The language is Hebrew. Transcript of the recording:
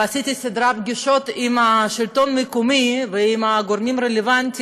ועשיתי סדרת פגישות עם השלטון המקומי ועם הגורמים הרלוונטיים,